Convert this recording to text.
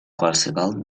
qualsevol